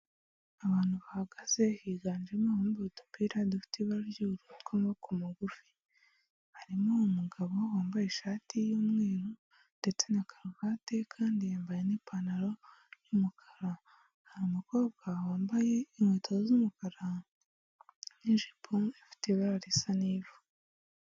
Abantu bahagaze higanjemo abambaye udupira dufite ibara ry'uburu tw'amaboko mugufi, harimo umugabo wambaye ishati y'umweru ndetse na karuvati kandi yambaye n'ipantaro y'umukara. Hari umukobwa wambaye inkweto z'umukara n'ijipo ifite ibara risa n'ivu.